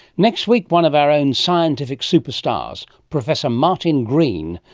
next week, one of our own scientific superstars, professor martin green,